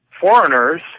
foreigners